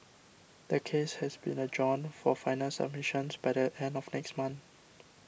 the case has been adjourned for final submissions by the end of next month